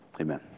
amen